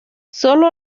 sólo